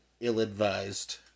ill-advised